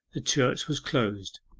the church was closed.